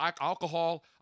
alcohol